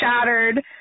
shattered